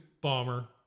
Bomber